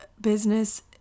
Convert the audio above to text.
business